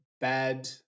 bad